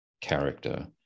character